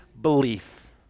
belief